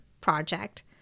project